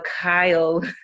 kyle